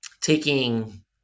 taking